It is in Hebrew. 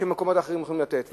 שמקומות אחרים יכולים לתת.